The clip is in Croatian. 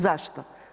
Zašto?